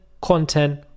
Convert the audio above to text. content